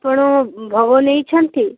ଆପଣ ଭୋଗ ନେଇଛନ୍ତି